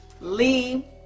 Lee